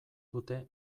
dute